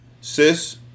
Sis